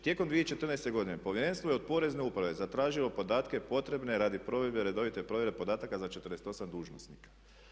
Tijekom 2014. godine Povjerenstvo je od Porezne uprave zatražilo podatke potrebne radi provedbe redovite provjere podataka za 48 dužnosnika.